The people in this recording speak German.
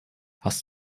hast